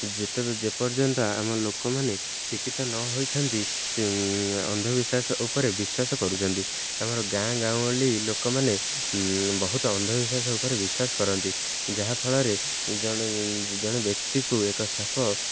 ଯେତେବେ ଯେପର୍ଯ୍ୟନ୍ତ ଆମ ଲୋକମାନେ ଶିକ୍ଷିତ ନ ହୋଇଛନ୍ତି ଅନ୍ଧବିଶ୍ୱାସ ଉପରେ ବିଶ୍ୱାସ କରୁଛନ୍ତି ଆମର ଗାଁ ଗାଁଉଲି ଲୋକମାନେ ବହୁତ ଅନ୍ଧବିଶ୍ୱାସ ଉପରେ ବିଶ୍ୱାସ କରନ୍ତି ଯାହାଫଳରେ ଜଣେ ଜଣେ ବ୍ୟକ୍ତିକୁ ଏକ ସାପ